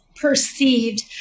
perceived